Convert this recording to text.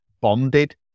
bonded